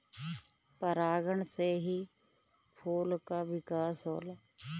परागण से ही फूल क विकास होला